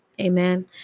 Amen